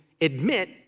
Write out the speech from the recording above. admit